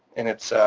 and its,